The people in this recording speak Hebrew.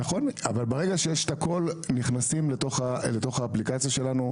אבל ברגע שיש את הכל נכנסים לתוך האפליקציה שלנו,